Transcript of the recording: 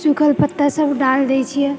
सूखल पत्तासभ डाल दए छिऐ